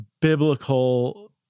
biblical